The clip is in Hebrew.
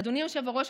אדוני היושב-ראש,